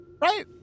right